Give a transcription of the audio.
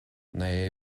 naoi